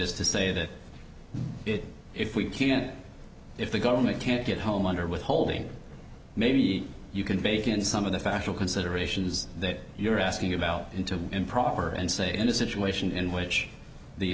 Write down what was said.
is to say that if we can't if the government can't get home under withholding maybe you can bake in some of the factual considerations that you're asking about into improper and say in a situation in which the